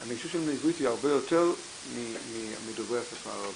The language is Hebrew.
אני חושב שעברית להם היא הרבה יותר מדוברי השפה הערבית,